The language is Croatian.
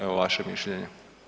Evo, vaše mišljenje.